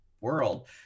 world